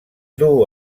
duu